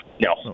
No